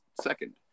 second